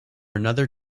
another